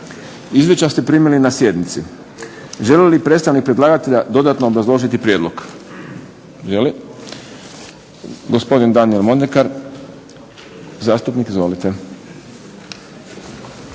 Izvješća ste primili na sjednici. Želi li predstavnik predlagatelja dodatno obrazložiti prijedlog? Želi. Gospodin Daniel Mondekar, zastupnik. Izvolite.